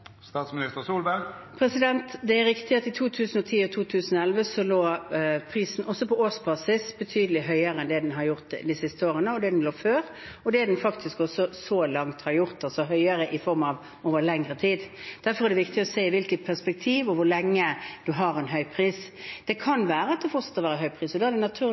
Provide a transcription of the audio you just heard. Det er riktig at i 2010 og 2011 lå prisen også på årsbasis betydelig høyere enn det den har gjort de siste årene, og der den lå før, og det den faktisk også så langt har gjort – altså høyere i form av over lengre tid. Derfor er det viktig å se i hvilket perspektiv og hvor lenge man har en høy pris. Det kan være at det fortsetter å være høy pris, og